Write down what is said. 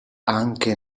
anche